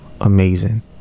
amazing